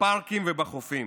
בפארקים ובחופים.